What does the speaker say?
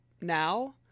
now